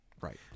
Right